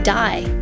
die